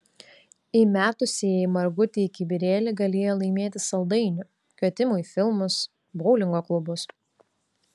įmetusieji margutį į kibirėlį galėjo laimėti saldainių kvietimų į filmus boulingo klubus